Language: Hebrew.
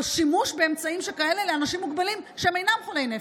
או שימוש באמצעים שכאלה כלפי אנשים מוגבלים שאינם חולי נפש.